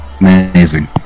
Amazing